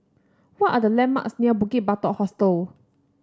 what are the landmarks near Bukit Batok Hostel